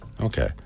okay